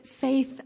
faith